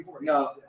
no